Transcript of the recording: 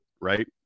right